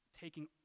taking